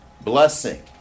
Blessing